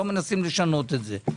לא מנסים לשנות את זה.